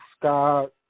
Scott